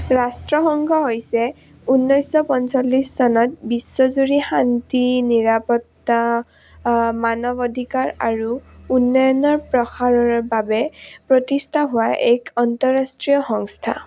ৰাষ্ট্ৰসংঘ হৈছে ঊনৈছশ পঞ্চল্লিছ চনত বিশ্বজুৰি শান্তি নিৰাপত্তা মানৱ অধিকাৰ আৰু উন্নয়নৰ প্ৰসাৰৰ বাবে প্ৰতিষ্ঠা হোৱা এক আন্তঃৰাষ্ট্ৰীয় সংস্থা